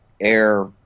air